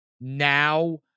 now